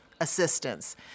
assistance